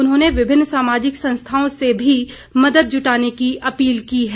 उन्होंने विभिन्न सामाजिक संस्थाओं से भी मदद जुटाने की अपील की है